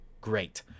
Great